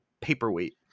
paperweight